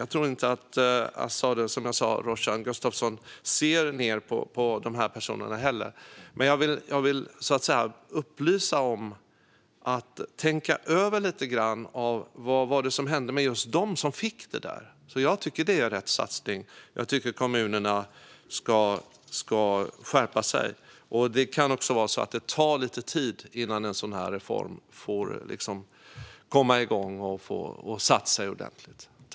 Jag tror som sagt inte heller att Azadeh Rojhan Gustafsson ser ned på de här personerna, men jag vill uppmana till att tänka över lite grann vad det var som hände med just dem som fick detta bidrag. Jag tycker att det är rätt satsning, och jag tycker att kommunerna ska skärpa sig. Det kan också vara så att det tar lite tid innan en sådan här reform kommer igång och sätter sig ordentligt.